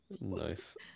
nice